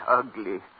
ugly